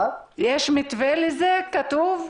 יש מתווה לזה כתוב?